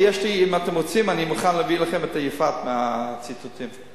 אם אתם רוצים אני מוכן להביא לכם את הציטוטים מ"יפעת".